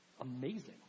amazing